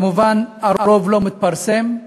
כמובן, הרוב לא מתפרסם,